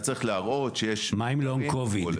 אז צריך להראות שיש --- מה עם לונג קוביד?